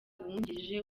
umwungirije